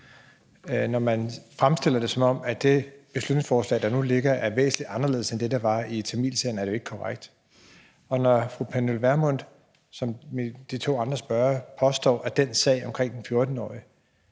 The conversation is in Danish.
Når man fremstiller det, som om det beslutningsforslag, der nu ligger, er væsentlig anderledes end det, der var i tamilsagen, er det jo ikke korrekt. Og når fru Pernille Vermund, som de to andre spørgere påstår, siger, at den sag om den 14-årige